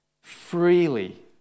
freely